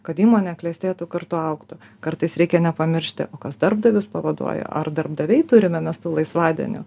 kad įmonė klestėtų kartu augtų kartais reikia nepamiršti o kas darbdavius pavaduoja ar darbdaviai turime mes tų laisvadienių